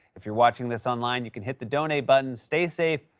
if you're watching this online, you can hit the donate button. stay safe.